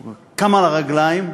הוא קם על הרגליים ואומר: